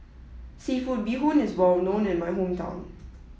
Seafood Bee Hoon is well known in my hometown